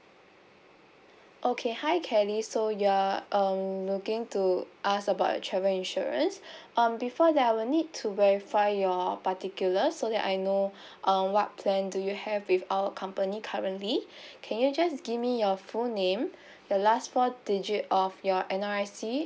okay hi kelly so you're um looking to ask about travel insurance um before that I will need to verify your particulars so that I know uh what plan do you have with our company currently can you just give me your full name your last four digit of your N_R_I_C